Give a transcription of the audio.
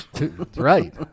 Right